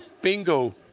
bingo